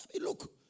look